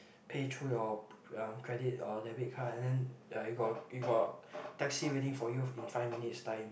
pay through your um credit or debit card and then uh you got you got a taxi waiting for you in five minutes time